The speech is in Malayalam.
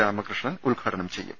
രാമകൃഷ്ണൻ ഉദ്ഘാടനം ചെയ്യും